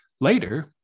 Later